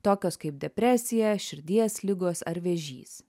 tokios kaip depresija širdies ligos ar vėžys